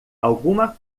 alguma